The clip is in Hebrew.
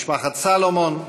משפחת סלומון,